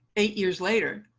eight years later,